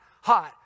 hot